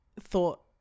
thought